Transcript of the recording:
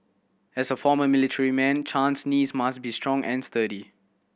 as a former military man Chan's knees must be strong and sturdy